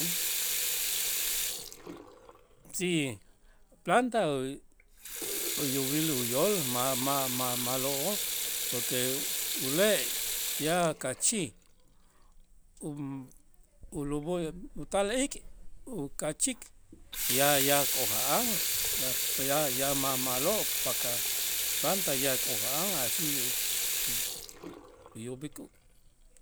Si planta u- uyob'il uyool ma'-ma'-ma'-ma'lo'oo', porque ule' ya kachij ulub'ul utal ik ukachik ya ya k'oja'an ya ya ma' ma'lo' päk'ä' planta ya k'oja'an así u- uyub'ik u